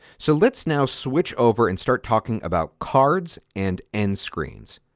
so let's now switch over and start talking about cards and end-screens.